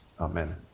Amen